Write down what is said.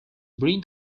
bring